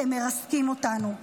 אתם מרסקים אותנו.